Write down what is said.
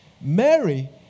Mary